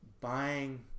buying